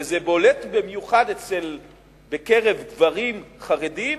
וזה בולט במיוחד בקרב גברים חרדים